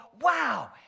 wow